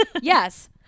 Yes